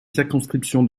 circonscription